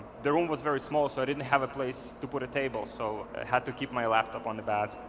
the room was very small so i didn't have a place to put a table so i had to keep my laptop on the bed.